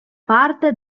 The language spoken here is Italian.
parte